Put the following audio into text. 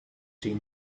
seen